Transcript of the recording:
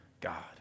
God